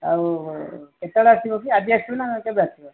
ଆଉ କେତେବେଳେ ଆସିବ କି ଆଜି ଆସିବେ ନା କେବେ ଆସିବ